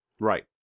Right